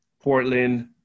Portland